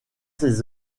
ses